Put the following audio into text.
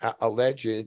alleged